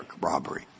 robbery